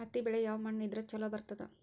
ಹತ್ತಿ ಬೆಳಿ ಯಾವ ಮಣ್ಣ ಇದ್ರ ಛಲೋ ಬರ್ತದ?